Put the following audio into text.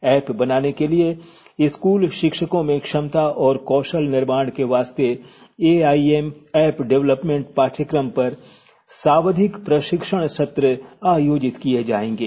app बनाने के लिए स्कूल शिक्षकों में क्षमता और कौशल निर्माण के वास्ते एआईएम ऐप डेवलपमेंट पाठयक्रम पर सावधिक प्रशिक्षण सत्र आयोजित किए जाएंगे